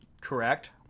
Correct